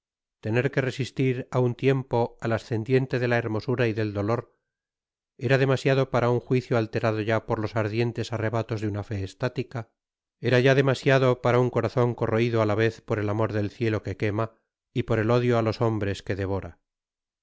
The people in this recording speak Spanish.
tener que resistir á un tiempo al ascendiente de la hermosura y del dolor era demasiado para un juicio alterado ya por los ardientes arrebatos de una fe estática era ya demasiado para un corazon corroido á la vez por el amor del cielo que quema y por el odio á los hombres que devora